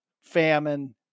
famine